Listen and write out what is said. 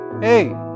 hey